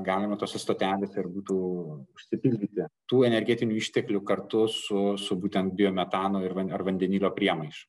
galima tose stotelėse ir būtų galima užsipildyti tų energetinių išteklių kartu su su būtent biometano ir ar vandenilio priemaiša